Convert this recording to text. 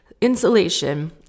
insulation